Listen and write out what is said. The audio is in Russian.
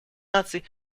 наций